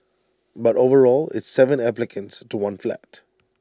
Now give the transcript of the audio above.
but overall it's Seven applicants to one flat